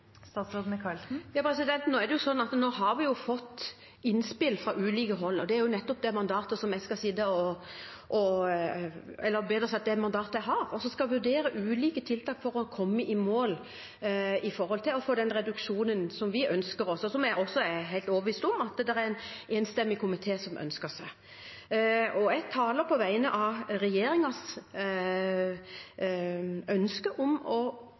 Nå har vi fått innspill fra ulike hold, og det mandatet jeg har, er at jeg skal sitte og vurdere ulike tiltak for å komme i mål med den reduksjonen vi ønsker – og som jeg også er helt overbevist om at en enstemmig komité ønsker. Jeg taler på vegne av regjeringens ønske om å